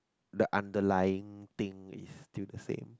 that underlying thing is still the same